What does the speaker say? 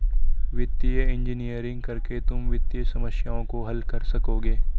वित्तीय इंजीनियरिंग करके तुम वित्तीय समस्याओं को हल कर सकोगे